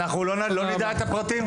אנחנו לא נדע את הפרטים?